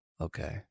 Okay